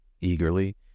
Eagerly